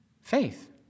Faith